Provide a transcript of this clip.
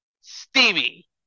Stevie